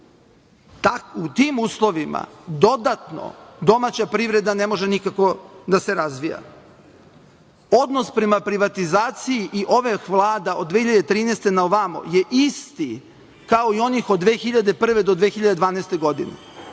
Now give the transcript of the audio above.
U tim uslovima dodatno domaća privreda ne može nikako da se razvija. Odnos prema privatizaciji ovih vlada od 2013. godine na ovamo je isti kao i onih od 2001. godine do 2012. godine.